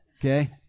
Okay